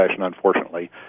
unfortunately